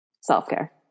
self-care